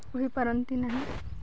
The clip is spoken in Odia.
କହିପାରନ୍ତି ନାହିଁ